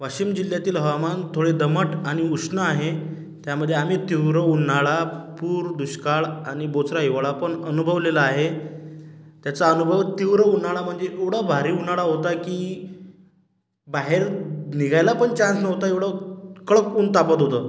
वाशिम जिल्ह्यातील हवामान थोडे दमट आणि उष्ण आहे त्यामध्ये आम्ही तीव्र उन्हाळा पूर दुष्काळ आणि बोचरा हिवाळापण अनुभवलेला आहे त्याचा अनुभव तीव्र उन्हाळा म्हणजे एवढा भारी उन्हाळा होता की बाहेर निघायला पण चान्स नव्हता एवढं कडक ऊन तापत होतं